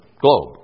globe